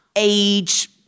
age